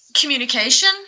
communication